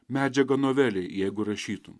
medžiaga novelei jeigu rašytum